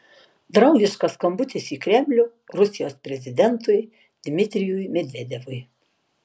draugiškas skambutis į kremlių rusijos prezidentui dmitrijui medvedevui